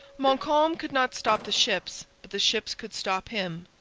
montcalm could not stop the ships but the ships could stop him.